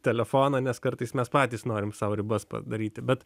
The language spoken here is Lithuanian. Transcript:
telefoną nes kartais mes patys norim sau ribas padaryti bet